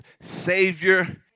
Savior